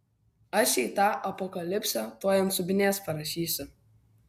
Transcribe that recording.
aš jai tą apokalipsę tuoj ant subinės parašysiu